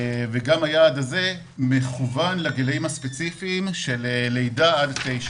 גם היעד הזה מכוון לגילאים הספציפיים של לידה עד 9,